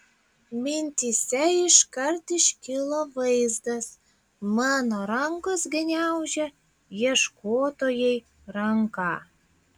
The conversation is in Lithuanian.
mintyse iškart iškilo vaizdas mano rankos gniaužia ieškotojai ranką